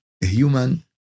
human